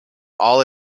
all